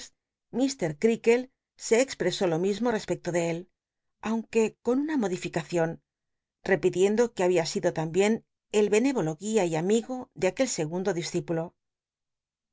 creakle se expresó lo mismo respecto de él aunque con una mod ificacion cpiticndo que babia sido lambien el benévolo guia y am igo de aquel segundo discí